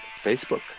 Facebook